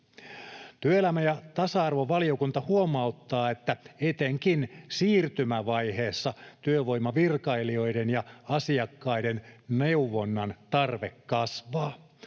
Työelämä- ja tasa-arvovaliokunta huomauttaa, että etenkin siirtymävaiheessa työvoimavirkailijoiden ja asiakkaiden neuvonnan tarve kasvaa.